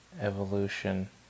Evolution